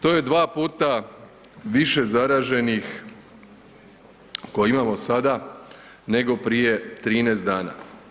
To je dva puta više zaraženih koji imamo sada nego prije 13 dana.